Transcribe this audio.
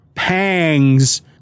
Pangs